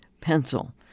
pencil